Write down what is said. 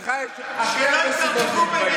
לך יש הכי הרבה סיבות להתבייש.